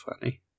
funny